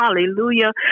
Hallelujah